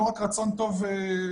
לא רק רצון טוב מופשט,